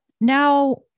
now